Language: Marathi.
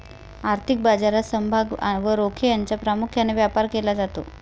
आर्थिक बाजारात समभाग व रोखे यांचा प्रामुख्याने व्यापार केला जातो